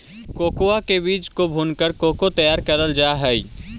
cocoa के बीज को भूनकर कोको तैयार करल जा हई